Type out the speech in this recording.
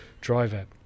driver